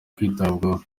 kwitabwaho